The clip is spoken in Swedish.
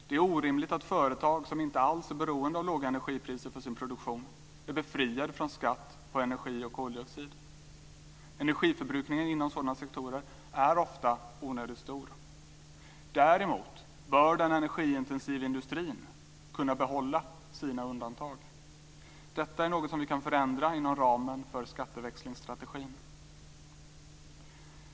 Det är orimligt att företag som inte alls är beroende av låga energipriser för sin produktion är befriade från skatt på energi och koldioxid. Energiförbrukningen inom sådana sektorer är ofta onödigt stor. Däremot bör den energiintensiva industrin kunna behålla sina undantag. Detta är någonting som vi kan förändra inom ramen för skatteväxlingsstrategin.